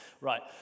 Right